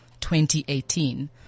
2018